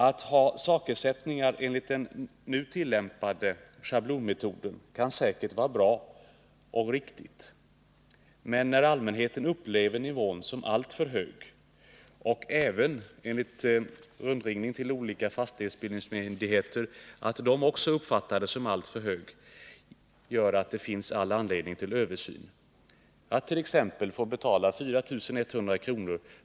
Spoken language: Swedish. Att ha sakersättningar enligt den nu tillämpade schablonmodellen kan säkert vara bra och riktigt, men när allmänheten upplever nivån som alltför hög — efter rundringning till olika fastighetsbildningsmyndigheter har jag funnit att även de har den uppfattningen — finns det all anledning att göra en översyn. Att man t.ex. får betala 4 100 kr.